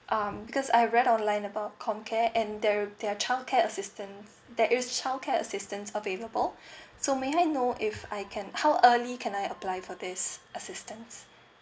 um because I've read online about comcare and they their childcare assistance there is childcare assistance available so may I know if I can how early can I apply for this assistance